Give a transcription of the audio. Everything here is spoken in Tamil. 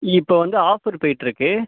இப்போ வந்து ஆஃபர் போயிட்டுயிருக்கு